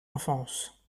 enfance